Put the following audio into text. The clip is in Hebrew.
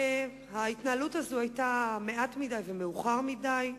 ההתנהלות הזאת היתה מעט מדי ומאוחר מדי.